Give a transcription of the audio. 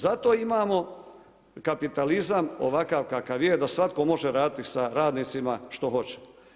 Zato imamo kapitalizam ovakav kakav je da svatko može raditi sa radnicima što hoće.